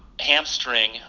hamstring